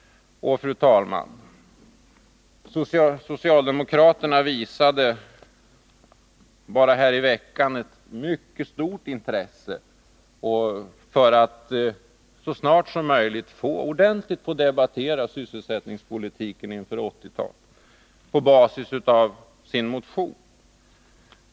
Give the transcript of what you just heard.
Fru talman! Socialdemokraterna visade så sent som här i veckan ett mycket stort intresse för att så snart som möjligt ordentligt få debattera sysselsättningspolitiken inför 1980-talet på basis av sin motion.